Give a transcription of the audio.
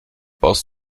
baust